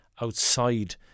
outside